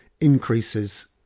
increases